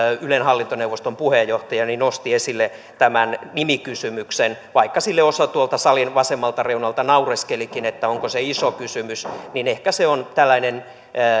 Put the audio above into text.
ylen hallintoneuvoston puheenjohtaja nosti esille tämän nimikysymyksen vaikka sille osa tuolta salin vasemmalta reunalta naureskelikin että onko se iso kysymys niin ehkä se on tällainen